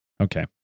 Okay